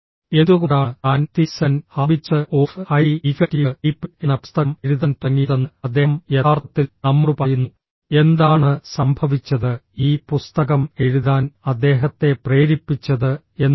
എന്തുകൊണ്ടാണ് താൻ the seven habits of highly effective people എന്ന പുസ്തകം എഴുതാൻ തുടങ്ങിയതെന്ന് അദ്ദേഹം യഥാർത്ഥത്തിൽ നമ്മോട് പറയുന്നു എന്താണ് സംഭവിച്ചത് ഈ പുസ്തകം എഴുതാൻ അദ്ദേഹത്തെ പ്രേരിപ്പിച്ചത് എന്താണ്